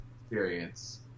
experience